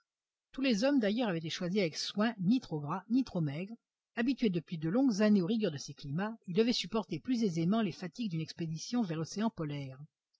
tous les hommes d'ailleurs avaient été choisis avec soin ni trop gras ni trop maigres habitués depuis de longues années aux rigueurs de ces climats ils devaient supporter plus aisément les fatigues d'une expédition vers l'océan polaire